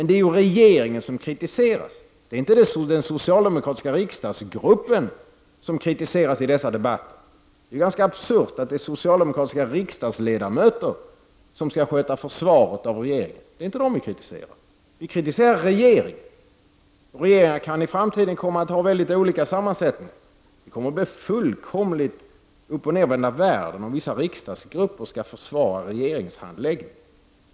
Det är ju regeringen som kritiseras i dessa debatter, inte den socialdemokratiska riksdagsgruppen. Det är ganska absurt att det är socialdemokratiska riksdagsledamöter som skall sköta försvaret av regeringen. Vi kritiserar regeringen, och regeringen kan i framtiden komma att ha väldigt olika sammansättning. Det kommer att bli fullkomligt uppoch nedvända världen, om vissa riksdagsgrupper skall försvara regeringens handläggning.